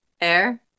Air